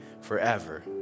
forever